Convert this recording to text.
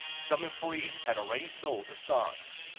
some employees had already sold the stocks.